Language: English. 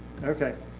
okay.